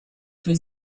for